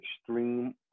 extreme